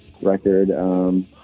record